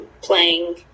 playing